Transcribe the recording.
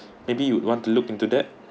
maybe you would want to look into that